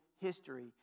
history